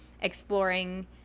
exploring